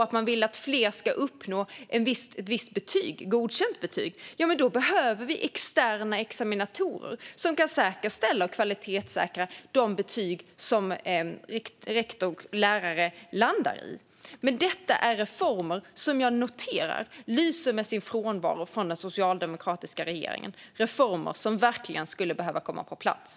Vill man att fler ska uppnå ett visst betyg, kanske godkänt betyg, behövs externa examinatorer som kan säkerställa och kvalitetssäkra de betyg som rektorer och lärare landar i. Dessa reformer lyser med sin frånvaro hos den socialdemokratiska regeringen. Sådana reformer skulle verkligen behöva komma på plats.